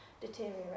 deteriorate